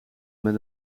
met